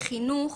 חינוך,